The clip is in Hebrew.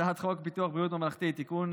1. הצעת חוק ביטוח בריאות ממלכתי (תיקון,